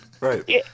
Right